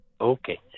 Okay